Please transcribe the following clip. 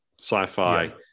Sci-fi